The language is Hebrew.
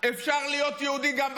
אפשר להיות יהודי גם בצבא,